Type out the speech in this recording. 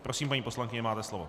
Prosím, paní poslankyně, máte slovo.